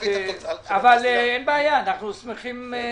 אבל אין בעיה, אנחנו שמחים לשמוע.